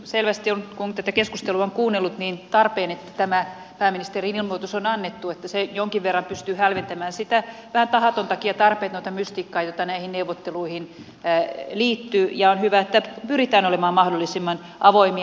selvästi on kun tätä keskustelua on kuunnellut tarpeen että tämä pääministerin ilmoitus on annettu että se jonkin verran pystyy hälventämään sitä vähän tahatontakin ja tarpeetonta mystiikkaa jota näihin neuvotteluihin liittyy ja on hyvä että pyritään olemaan mahdollisimman avoimia